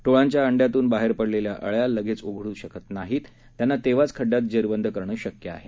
टोळांच्या अंड्यातून बाहेर पडलेल्या अळ्या लगेच उडू शकत नाहीत त्यांना तेव्हाच खड्डयात जेरबंद करणं शक्य आहे